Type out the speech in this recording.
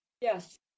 Yes